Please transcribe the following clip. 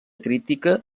crítica